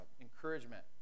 encouragement